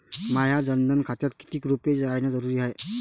माह्या जनधन खात्यात कितीक रूपे रायने जरुरी हाय?